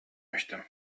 möchte